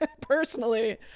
personally